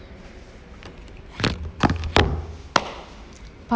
part